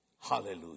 Hallelujah